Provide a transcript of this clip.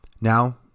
Now